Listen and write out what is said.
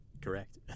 correct